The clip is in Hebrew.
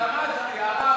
התאמצתי.